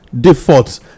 defaults